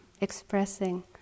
expressing